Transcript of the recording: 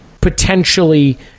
potentially